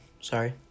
sorry